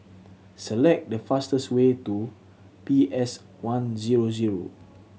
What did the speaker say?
select the fastest way to P S One zero zero